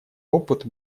опыт